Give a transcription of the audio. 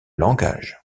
langage